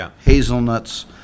hazelnuts